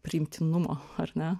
priimtinumo ar ne